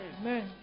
Amen